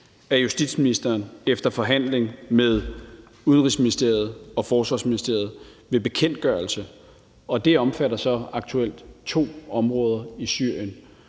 af justitsministeren efter forhandling med Udenrigsministeriet og Forsvarsministeriet og ved bekendtgørelse. Det omfatter så aktuelt to områder i Syrien.